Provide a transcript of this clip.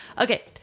Okay